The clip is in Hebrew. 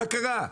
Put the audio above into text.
מה קרה?